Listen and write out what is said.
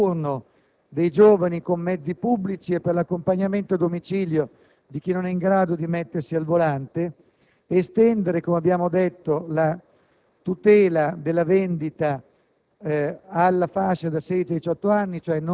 provvedimenti; programmi per incentivare il trasporto notturno dei giovani con mezzi pubblici e per l'accompagnamento a domicilio di chi non è in grado di mettersi al volante; l'estensione - come abbiamo detto -